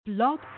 Blog